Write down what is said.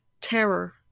terror